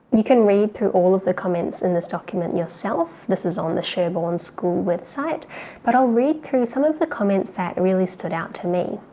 you can read through all of the comments in this document yourself, this is on the sherborne school website but i'll read through some of the comments that really stood out to me.